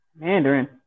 Mandarin